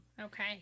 Okay